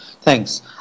thanks